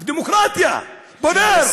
דמוקרטיה, פורר.